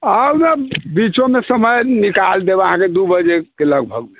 आउ ने बीचोमे समय निकालि देब अहाँके दू बजेके लगभग